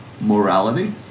morality